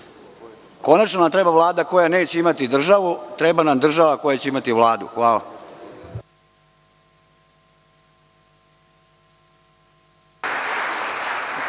Konačno, nama treba Vlada koja neće imati državu, treba nam država koja će imati Vladu. Hvala.